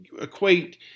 equate